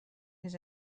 his